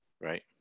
right